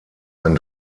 ein